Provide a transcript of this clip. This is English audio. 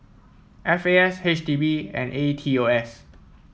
F A S H D B and A E T O S